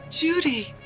Judy